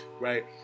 right